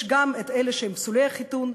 יש גם אלה שהם פסולי החיתון,